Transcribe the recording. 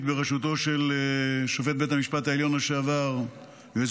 בראשותו של שופט בית המשפט העליון לשעבר והיועץ